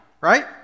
right